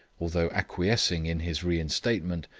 although acquiescing in his reinstatement,